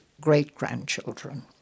great-grandchildren